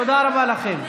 תודה רבה לכם.